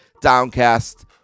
Downcast